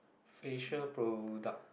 facial product